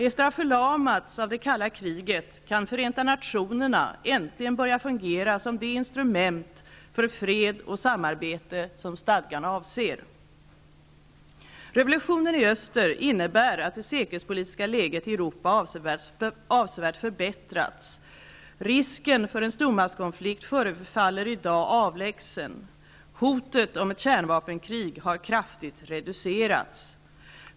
Efter att ha förlamats av det kalla kriget kan Förenta nationerna äntligen börja fungera som det instrument för fred och samarbete som stadgan avser. Revolutionen i öster innebär att det säkerhetspolitiska läget i Europa avsevärt förbättrats. Risken för en stormaktskonflikt förefaller i dag avlägsen. Hotet om ett kärnvapenkrig har kraftigt reducerats.